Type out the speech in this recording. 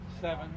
seven